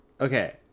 Okay